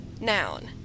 noun